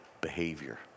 behavior